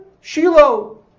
Shiloh